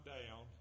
down